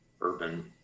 urban